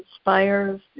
inspires